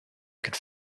could